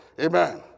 Amen